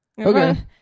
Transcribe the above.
Okay